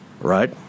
right